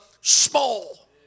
small